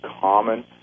common